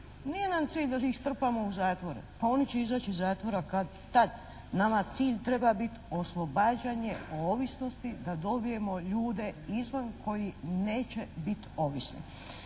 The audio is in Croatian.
Nije nam cilj da ih strpamo u zatvor, pa oni će izaći iz zatvora kad-tad. Nama cilj treba biti oslobađanje od ovisnosti, da dobijemo ljude izvan koji neće biti ovisni.